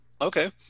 Okay